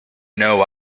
know